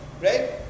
right